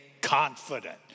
confident